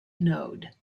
node